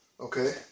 Okay